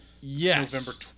yes